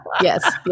Yes